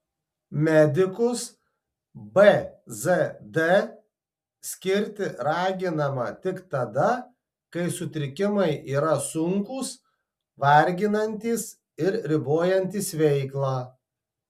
medikus bzd skirti raginama tik tada kai sutrikimai yra sunkūs varginantys ir ribojantys veiklą